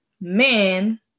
men